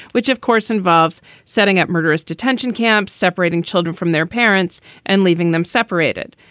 which, of course, involves setting up murderous detention camps, separating children from their parents and leaving them separated.